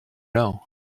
know